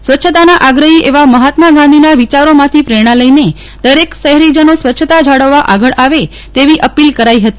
સ્વચ્છતાના આગ્રહી એવા મહાત્મા ગાંધીના વિચારોમાંથી પ્રેરણા લઇ દરેક શહેરીજનો સ્વચ્છતા જાળવવા આગળ આવે તેવી અપીલ કરાઈ હતી